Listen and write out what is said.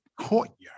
courtyard